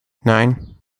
nine